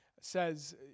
says